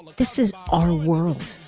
but this is our world.